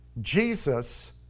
Jesus